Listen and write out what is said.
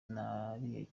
nariye